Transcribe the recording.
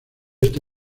este